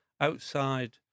outside